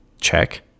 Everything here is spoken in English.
Check